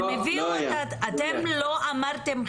אתם לא אמרתם,